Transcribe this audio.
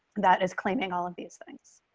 that is claiming all of these things.